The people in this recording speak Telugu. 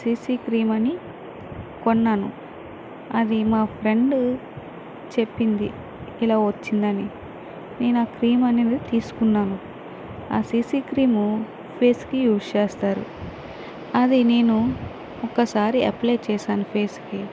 సీసీ క్రీమ్ అని కొన్నాను అది మా ఫ్రెండ్ చెప్పింది ఇలా వచ్చిందని నేను ఆ క్రీమ్ అనేది తీసుకున్నాను ఆ సిసి క్రీము ఫేస్కి యూస్ చేస్తారు అది నేను ఒకసారి అప్లై చేశాను ఫేస్కి